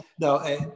No